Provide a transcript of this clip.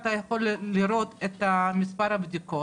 אתה יכול לראות את מספר הבדיקות.